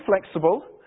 flexible